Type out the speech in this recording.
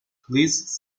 please